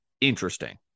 interesting